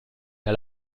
der